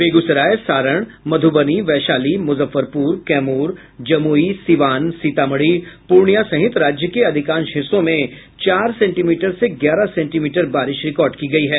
बेगूसराय सारण मधुबनी वैशाली मुजफ्फरपुर कैमूर जमुई सिवान सीतामढ़ी पूर्णियां सहित राज्य के अधिकांश हिस्सों में चार सेंटीमीटर से ग्यारह सेंटीमीटर बारिश रिकॉर्ड की गयी है